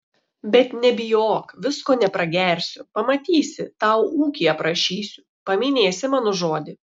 bet nebijok visko nepragersiu pamatysi tau ūkį aprašysiu paminėsi mano žodį